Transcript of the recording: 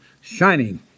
shining